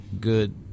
good